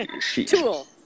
tool